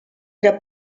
era